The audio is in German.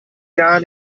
gar